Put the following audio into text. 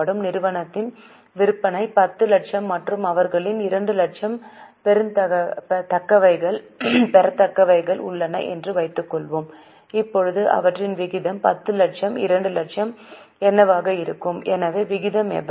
நிறுவனத்தின் விற்பனை 10 லட்சம் மற்றும் அவர்களிடம் 2 லட்சம் பெறத்தக்கவைகள் உள்ளன என்று வைத்துக்கொள்வோம் இப்போது அவற்றின் விகிதம் 10 லட்சம் 2 லட்சம் என்னவாக இருக்கும் எனவே விகிதம் எவ்வளவு